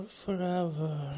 forever